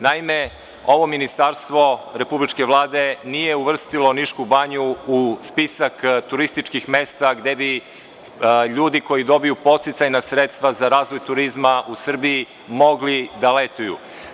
Naime, ovo Ministarstvo Republičke vlade nije uvrstilo Nišku banju u spisak turističkih mesta gde bi ljudi koji dobiju podsticajna sredstva za razvoj turizma u Srbiji mogli da letuju.